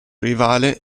rivale